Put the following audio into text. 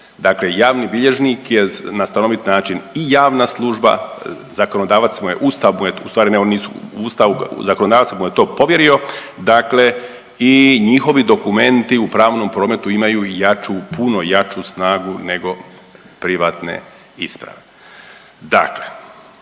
mu je, Ustav mu je tu. U stvari ne, oni nisu u Ustavu. Zakonodavac mu je to povjerio, dakle i njihovi dokumenti u pravnom prometu imaju i jaču, puno jaču snagu nego privatne isprave.